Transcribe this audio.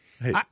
Hey